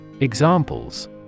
Examples